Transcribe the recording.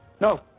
No